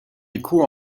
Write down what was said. écho